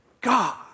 God